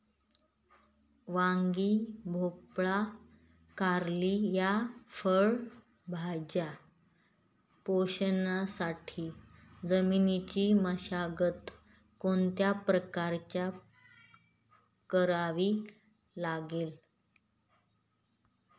वांगी, भोपळा, कारली या फळभाज्या पोसण्यासाठी जमिनीची मशागत कोणत्या प्रकारे करावी लागेल?